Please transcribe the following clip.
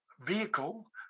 vehicle